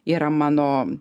yra mano